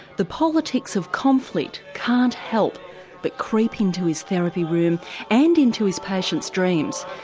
the politics of conflict can't help but creep into his therapy room and into his patients' dreams.